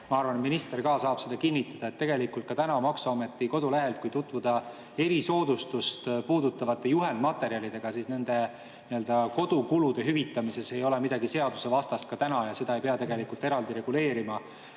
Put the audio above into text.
Ma arvan, et minister saab ka seda kinnitada, et kui maksuameti kodulehel tutvuda erisoodustust puudutavate juhendmaterjalidega, siis [on selge, et] nende kodukulude hüvitamises ei ole midagi seadusvastast ka täna ja seda ei pea tegelikult eraldi reguleerima.